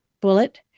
bullet